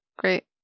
great